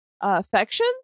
affection